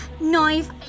knife